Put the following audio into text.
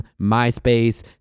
MySpace